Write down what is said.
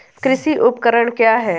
कृषि उपकरण क्या है?